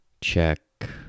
Check